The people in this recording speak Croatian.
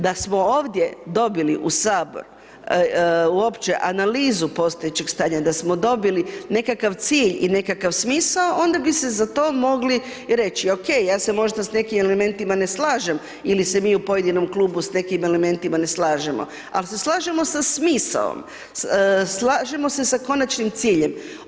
Da smo ovdje dobili u Sabor uopće analizu postojećeg stanja, da smo dobili nekakav cilj i nekakav smisao onda bi se za to mogli reći, ok, ja se možda sa nekim elementima ne slažem ili se mi u pojedinom klubu sa nekim elementima ne slažemo ali se slažemo sa smislom, slažemo se sa konačnim ciljem.